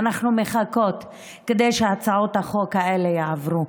אנחנו מחכות שהצעות החוק האלה יעברו.